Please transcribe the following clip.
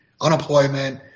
unemployment